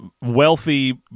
wealthy